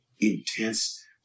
intense